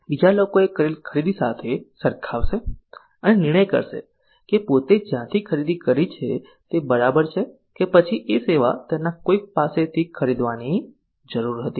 બીજા લોકો એ કરેલ ખરીદી સાથે સરખાવશે અને નિર્ણય કરશે કે પોતે જ્યાંથી ખરીદી કરી છે તે બરાબર છે કે પછી એ સેવા તેના કોઈક પાસે થી ખરીદવાની જરૂર હતી